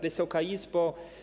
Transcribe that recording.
Wysoka Izbo!